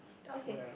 yeah